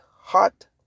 hot